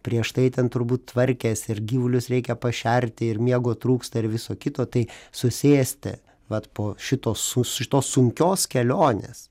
prieš tai ten turbūt tvarkėsi ir gyvulius reikia pašerti ir miego trūksta ir viso kito tai susėsti vat po šito su šitos sunkios kelionės